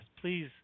please